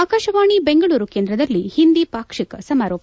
ಆಕಾಶವಾಣಿ ಬೆಂಗಳೂರು ಕೇಂದ್ರದಲ್ಲ ಹಿಂದಿ ಪಾಕ್ಷಕ ಸಮಾರೋಪ